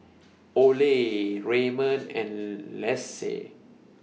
Ole Raymon and Lacey